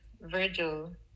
Virgil